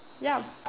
ya